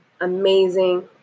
amazing